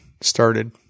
started